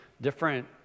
different